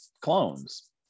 clones